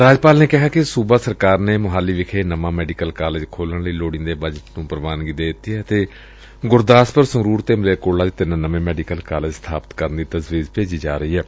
ਰਾਜਪਾਲ V P Singh Badnore ਨੇ ਕਿਹੈ ਕਿ ਸੂਬਾ ਸਰਕਾਰ ਨੇ ਮੋਹਾਲੀ ਵਿਖੇ ਨਵਾਂ ਮੈਡੀਕਲ ਕਾਲਿਜ ਖੋਲੁਣ ਲਈ ਲੋੜੀਂਦੇ ਬਜਟ ਨੂੰ ਪੁਵਾਨਗੀ ਦੇ ਦਿੱਤੀ ਏ ਅਤੇ ਗੁਰਦਾਸਪੁਰ ਸੰਗਰੁਰ ਤੇ ਮਲੇਰਕੋਟਲਾ ਚ ਤਿੰਨ ਨਵੇਂ ਮੈਡੀਕਲ ਕਾਲਿਜ ਸਬਾਪਤ ਕਰਨ ਦੀ ਤਜਵੀਜ਼ ਭੇਜੀ ਜਾ ਰਹੀ ਏ